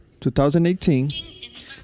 2018